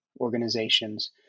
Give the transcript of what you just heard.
organizations